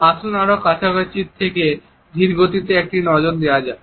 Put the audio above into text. আসুন আরো কাছাকাছি থেকে ধীরগতিতে একটি নজর দেওয়া যাক